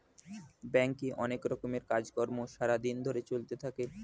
ব্যাংকে অনেক রকমের কাজ কর্ম সারা দিন ধরে চলতে থাকে